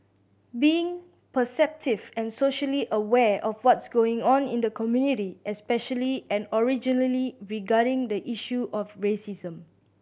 being perceptive and socially aware of what's going on in the community especially and originally regarding the issue of racism